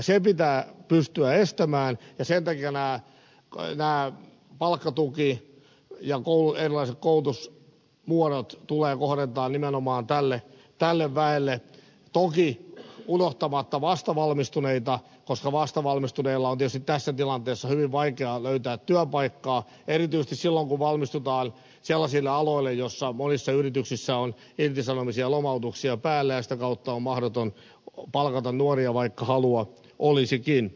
se pitää pystyä estämään ja sen takia palkkatuki ja erilaiset koulutusmuodot tulee kohdentaa nimenomaan tälle väelle toki unohtamatta vastavalmistuneita koska vastavalmistuneiden on tietysti tässä tilanteessa hyvin vaikea löytää työpaikkaa erityisesti silloin kun valmistutaan sellaisille aloille joilla monissa yrityksissä on irtisanomisia lomautuksia päällä ja sitä kautta on mahdoton palkata nuoria vaikka halua olisikin